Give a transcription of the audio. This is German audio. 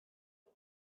man